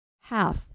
Half